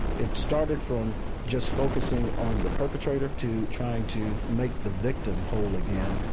it started from just focusing on the perpetrator to trying to make the victim whole again.